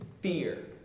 fear